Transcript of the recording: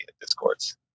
discords